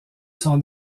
son